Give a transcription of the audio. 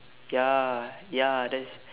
ya ya that's